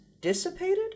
dissipated